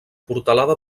portalada